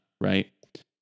right